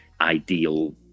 ideal